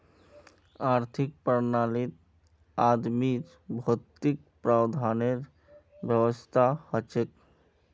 आर्थिक प्रणालीत आदमीर भौतिक प्रावधानेर व्यवस्था हछेक